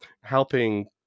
helping